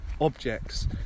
objects